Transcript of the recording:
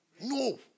No